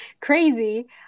crazy